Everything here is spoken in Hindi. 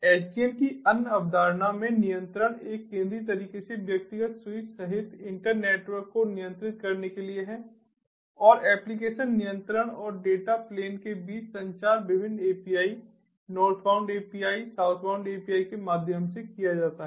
SDN की अन्य अवधारणा में नियंत्रण एक केंद्रीय तरीके से व्यक्तिगत स्विच सहित इंटर नेटवर्क को नियंत्रित करने के लिए है और एप्लीकेशन नियंत्रण और डेटा प्लेन के बीच संचार विभिन्न API northbound API southbound API के माध्यम से किया जाता है